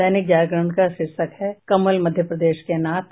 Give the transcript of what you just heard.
दैनिक जागरण का शीर्षक है कमल मध्यप्रदेश के नाथ